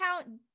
account